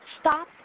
stop